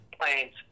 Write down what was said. planes